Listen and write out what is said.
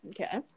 Okay